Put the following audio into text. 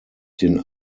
den